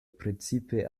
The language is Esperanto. precipe